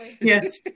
yes